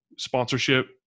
sponsorship